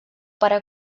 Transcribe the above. para